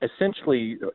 essentially